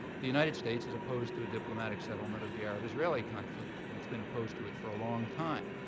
the united states is opposed to a diplomatic settlement of the arab-israeli conflict. and it's been opposed to it for a long time.